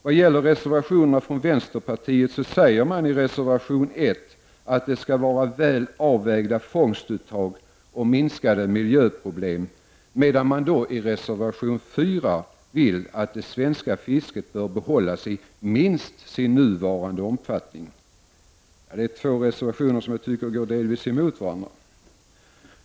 Vad gäller reservationerna från vänsterpartiet säger man i reservation 1 att det skall vara väl avvägda fångstuttag och att miljöproblemen skall minskas, medan man i reservation 4 vill att det svenska fisket bör bibehållas i minst sin nuvarande omfattning. Detta är två reservationer som jag tycker går delvis emot varandra.